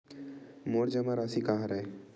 मोर जमा राशि का हरय?